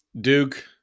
Duke